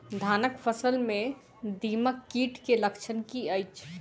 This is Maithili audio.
धानक फसल मे दीमक कीट केँ लक्षण की अछि?